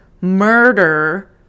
murder